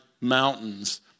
mountains